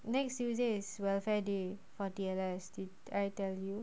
next tuesday is welfare day for dealers did I tell you